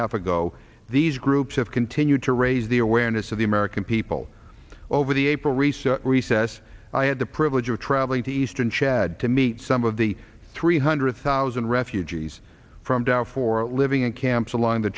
half ago these groups have continued to raise the awareness of the american people over the april recent recess i had the privilege of traveling to eastern chad to meet some of the three hundred thousand refugees from tao for a living in camps along the